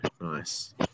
nice